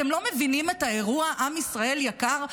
אתם לא מבינים את האירוע, עם ישראל יקר?